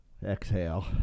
Exhale